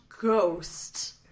ghost